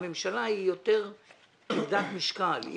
הממשלה היא יותר כבדת משקל.